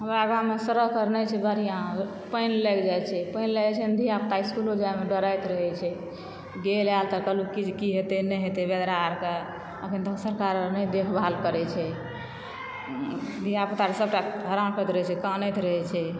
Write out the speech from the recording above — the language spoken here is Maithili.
हमरा गाँव मे सड़क अओर नहि छै बढ़िऑं पानि लागि जाइ छै पानि लागि जाइ छै तऽ धियापुता इसकुलो जाए मे डराइत रहै छै गेल आयल त कहलहुॅं की जे की हेतै नहि हेतै बेदरा आओर के अखन तऽ सरकार नहि देख भाल करै छै धियापुता के सबटा हरान करैत रहै छै कानैत रहै छै